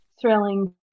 thrilling